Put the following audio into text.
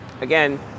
again